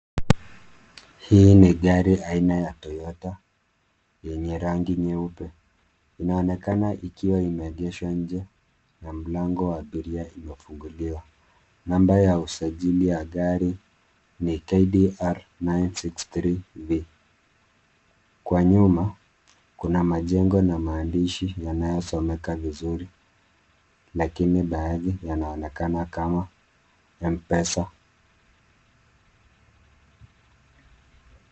Hii ni gari aina ya Toyota yenye rangi nyeupe inaonekana ikiwa imeegeshwa nje na mlango wa abiria imefunguliwa, namba ya usajili ya gari ni KDR 963V . Kwa nyuma kuna majengo na maandishi yanayosomeka vizuri lakini baadhi yanaonekana kama Mpesa.